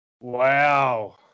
Wow